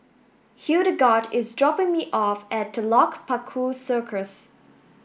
Hildegard is dropping me off at Telok Paku Circus